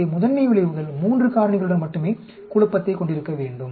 எனவே முதன்மை விளைவுகள் 3 காரணிகளுடன் மட்டுமே குழப்பத்தை கொண்டிருக்க வேண்டும்